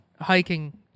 hiking